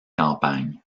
campagne